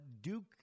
Duke